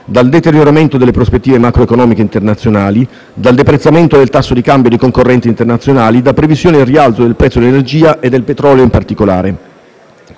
dal deterioramento delle prospettive macroeconomiche internazionali, dal deprezzamento del tasso di cambio dei concorrenti internazionali, da previsioni al rialzo del prezzo dell'energia e del petrolio in particolare.